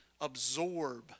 absorb